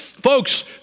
Folks